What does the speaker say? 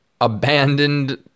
abandoned